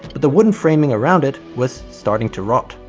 but the wooden framing around it was starting to rot.